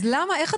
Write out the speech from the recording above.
איך את